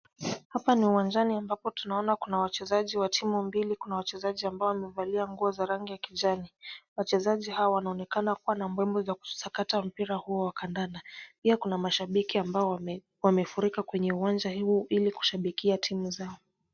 Hapa ni uwanjani ambapo tunaona kuna wachezaji wa timu mbili. Kuna wachezaji ambao wamevalia nguo za rangi ya kijani. Wachezaji hawa wanaonekana kuwa na mbwembwe za kusakata mpira huo wa kandanda. Pia kuna mashabiki ambao wamefurika kwenye uwanja huu kushambikia timu zao.